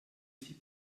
sich